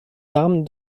armes